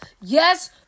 Yes